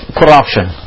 corruption